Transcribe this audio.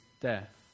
death